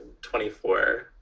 24